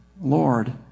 Lord